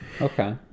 okay